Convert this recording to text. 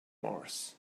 mars